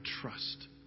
trust